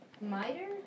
Miter